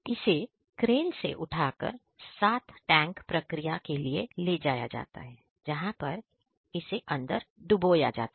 इसे क्रेन से उठाकर 7 टैंक प्रक्रिया के लिए ले जाया जाता है जहां पर इसे अंदर डुबोया जाता है